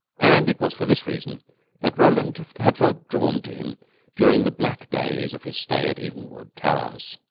and it was for this reason that roland had felt drawn to him during the black days of his stay at evenwood towers.